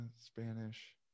spanish